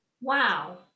Wow